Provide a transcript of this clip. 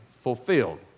fulfilled